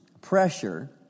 pressure